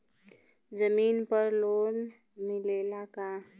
जमीन पर लोन मिलेला का?